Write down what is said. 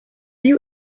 you